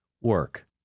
work